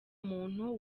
muntu